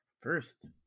First